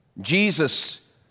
Jesus